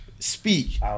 Speak